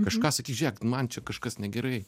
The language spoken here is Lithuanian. kažką sakys žiūrėk nu man čia kažkas negerai